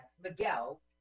Miguel